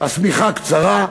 השמיכה קצרה,